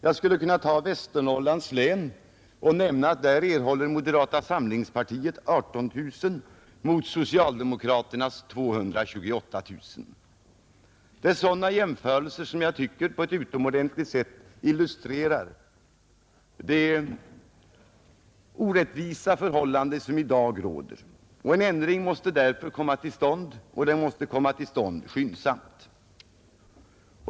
Jag kan nämna siffror som avser Västernorrlands län: där erhåller moderata samlingspartiet 18 000 kronor mot socialdemokraternas 228 000 kronor. Det är sådana jämförelser som enligt min mening på ett utomordentligt sätt illustrerar de orättvisa förhållanden som i dag råder. En ändring måste därför komma till stånd — och den måste komma till stånd skyndsamt.